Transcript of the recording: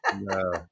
No